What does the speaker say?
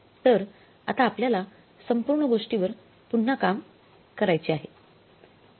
तर आता आपल्याला संपूर्ण गोष्टींवर पुन्हा काम करायच्या आहेत